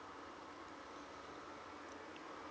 mm